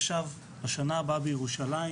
פתוח ביום ירושלים